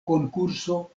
konkurso